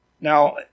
now